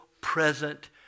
present